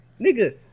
Nigga